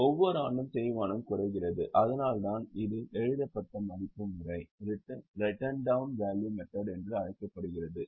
ஒவ்வொரு ஆண்டும் தேய்மானம் குறைகிறது அதனால்தான் இது எழுதப்பட்ட மதிப்பு முறை என அழைக்கப்படுகிறது